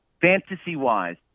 Fantasy-wise